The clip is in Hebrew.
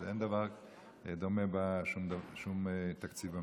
אין דבר דומה במקום אחר בתקציב המדינה.